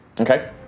Okay